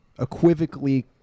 equivocally